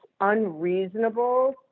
unreasonable